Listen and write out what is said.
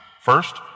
First